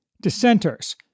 dissenters